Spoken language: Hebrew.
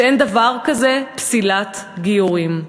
שאין דבר כזה פסילת גיורים,